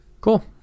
Cool